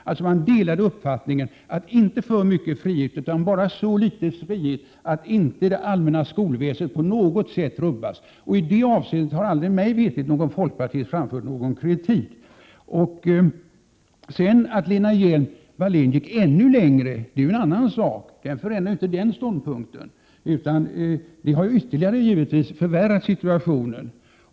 Man delade alltså uppfattningen att man inte skulle ge för mycket frihet utan bara så litet frihet att det allmänna skolväsendet inte på något sätt rubbas. I det avseendet har mig veterligen inte någon folkpartist framfört någon kritik. Att sedan Lena Hjelm-Wallén gick ännu längre är ju en annan sak, och det förändrar inte den här ståndpunkten. Det har givetvis ytterligare förvärrat situationen.